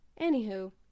Anywho